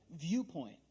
viewpoint